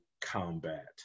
combat